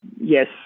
Yes